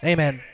Amen